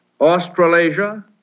Australasia